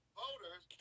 voters